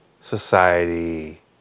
society